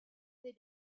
they